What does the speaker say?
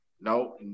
no